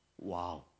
Wow